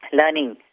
learning